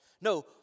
No